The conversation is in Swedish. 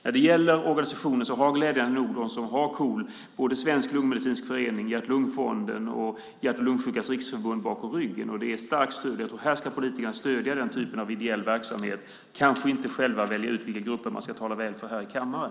När det gäller organisationer har glädjande nog de som har KOL Svensk Lungmedicinsk Förening, Hjärt-Lungfonden och Hjärt och lungsjukas riksförbund bakom ryggen. Det är ett starkt stöd. Den typen av ideell verksamhet ska politikerna stödja men kanske inte själva välja ut vilka grupper man ska tala väl för i kammaren.